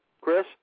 Chris